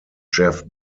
jeff